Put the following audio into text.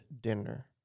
dinner